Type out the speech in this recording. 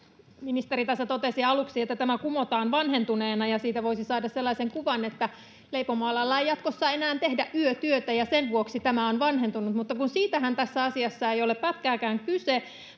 Ministeri tässä totesi aluksi, että tämä kumotaan vanhentuneena ja siitä voisi saada sellaisen kuvan, että leipomoalalla ei jatkossa enää tehdä yötyötä ja sen vuoksi tämä on vanhentunut, mutta kun siitähän tässä asiassa ei ole pätkääkään kyse,